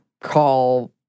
call